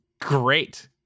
Great